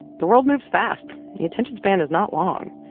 the world moves fast. the attention span is not long.